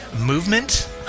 movement